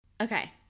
Okay